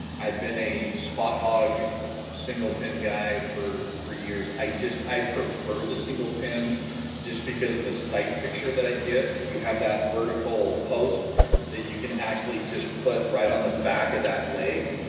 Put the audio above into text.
i've been a spot hog single pin guy for four years i just i prefer the single pin just because of the sight picture that i get you have that vertical post that you can actually just put right on the back of that leg